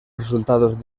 resultados